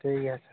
ᱴᱷᱤᱠ ᱜᱮᱭᱟ